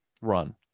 run